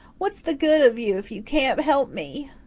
what is the good of you if you can't help me?